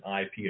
IP